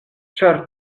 ĉar